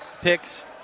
picks